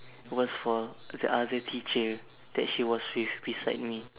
was for the other teacher that she was with beside me